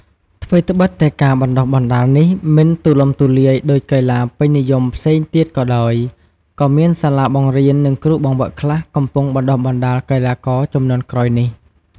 ថ្វីត្បិតតែការបណ្ដុះបណ្ដាលនេះមិនទូលំទូលាយដូចកីឡាពេញនិយមផ្សេងទៀតក៏ដោយ ក៏មានសាលាបង្រៀន និងគ្រូបង្វឹកខ្លះកំពុងបណ្ដុះបណ្ដាលកីឡាករជំនាន់ក្រោយនេះ។